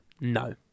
no